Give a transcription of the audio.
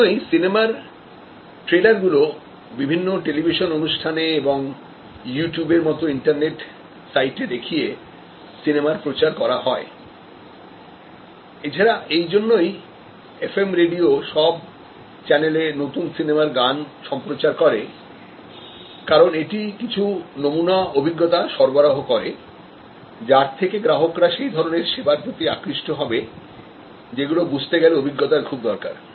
সেই জন্যই সিনেমার ট্রেইলার গুলো বিভিন্ন টেলিভিশনঅনুষ্ঠানে এবং ইউটিউবের মতো ইন্টারনেট সাইটে দেখিয়ে সিনেমার প্রচার করা হয় এছাড়া এইজন্যই এফএম রেডিও সব চ্যানেলে নতুন সিনেমার গান সম্প্রচার করে কারণ এটি কিছু নমুনা অভিজ্ঞতা সরবরাহ করে যার থেকে গ্রাহক রা সেই ধরনের সেবার প্রতি আকৃষ্ট হবে যেগুলো বুঝতে গেলে অভিজ্ঞতার খুব দরকার